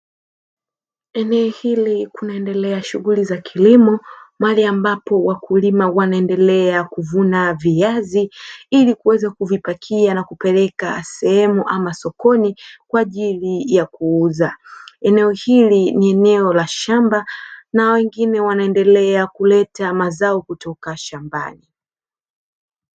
Eneo hili kunaendelea shughuli za kilimo, mahali ambapo wakulima wanaendelea kuvuna viazi, ili kuweza kuvipakia na kupeleka sehemu ama sokoni kwa ajili ya kuuza. Eneo hili ni eneo la shamba na wengine wanaendelea kuleta mazao kutoka shambani.